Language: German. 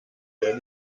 der